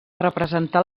representar